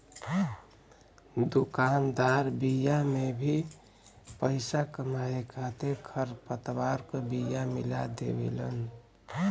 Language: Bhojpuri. दुकानदार बिया में भी पईसा कमाए खातिर खरपतवार क बिया मिला देवेलन